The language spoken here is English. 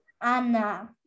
Anna